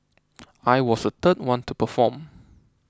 I was the third one to perform